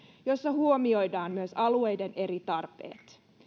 jossa huomioidaan myös alueiden eri tarpeet